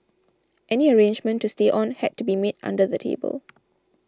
any arrangement to stay on had to be made under the table